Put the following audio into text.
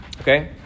okay